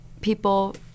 people